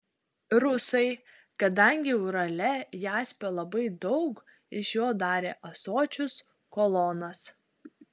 rusai kadangi urale jaspio labai daug iš jo darė ąsočius kolonas